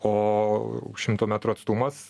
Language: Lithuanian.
o šimto metrų atstumas